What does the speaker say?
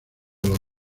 los